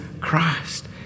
Christ